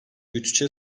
bütçe